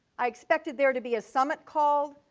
i expected there to be a summit called.